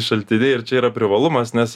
šaltiniai ir čia yra privalumas nes